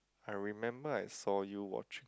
I remember I saw you watching